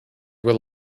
will